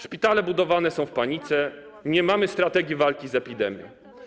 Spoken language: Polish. Szpitale budowane są w panice, nie mamy strategii walki z epidemią.